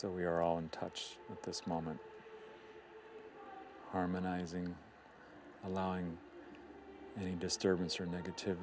so we are all in touch with this moment harmonizing allowing any disturbance or negativ